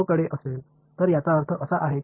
எனவே நான் சொன்னால் 0 ஆக இருக்கும்